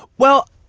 well,